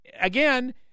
again